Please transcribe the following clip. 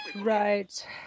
Right